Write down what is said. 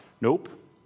Nope